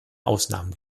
ausnahmen